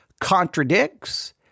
contradicts